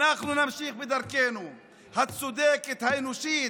אנחנו נמשיך בדרכנו הצודקת, האנושית,